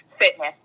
fitness